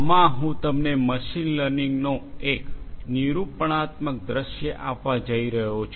આમાં હું તમને મશીન લર્નિંગનો એક નિરૂપણાત્મક દૃશ્ય આપવા જઇ રહ્યો છું